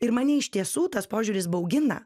ir mane iš tiesų tas požiūris baugina